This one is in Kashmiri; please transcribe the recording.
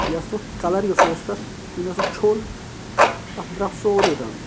بیٚیہِ آسہٕ تَتھ کَلَر یُس اوس تَتھ یُتھے مےٚ سُہ چھوٚل تَتھ درٛاو سورُے رَن